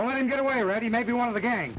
i want to get away ready maybe one of the ga